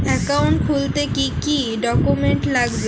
Account খুলতে কি কি ডকুমেন্ট লাগবে?